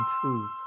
truth